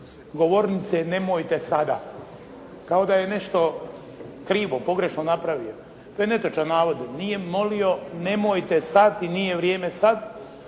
govornice nemojte sada. Kao da je nešto krivo, pogrešno napravio. To je netočan navod. Nije molio nemojte sad i nije vrijeme sad